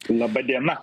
laba diena